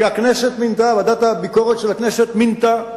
שהכנסת מינתה, ועדת הביקורת של הכנסת מינתה.